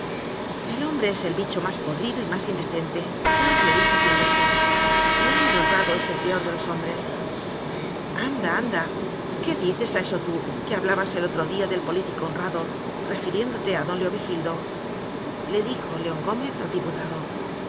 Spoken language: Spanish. el hombre es el bicho más podrido y más indecente ya os lo he dicho cien veces r y el hombre honrado es el peor de los hom bres anda anda qué dices a eso tú que ha blabas el otro día del político honrado refi riéndote a don leovigildo le dijo león gó mez al diputado